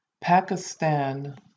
Pakistan